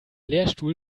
lehrstuhl